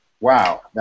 Wow